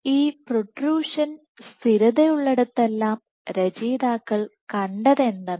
ഈ പ്രൊട്രുഷൻ സ്ഥിരതയുള്ളിടത്തെല്ലാം രചയിതാക്കൾ കണ്ടത് എന്തെന്നാൽ